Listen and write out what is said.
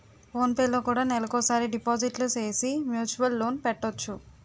phone పేలో కూడా నెలకోసారి డిపాజిట్లు సేసి మ్యూచువల్ లోన్ పెట్టొచ్చు